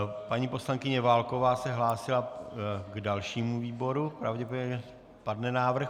Paní poslankyně Válková se hlásila k dalšímu výboru, pravděpodobně padne návrh.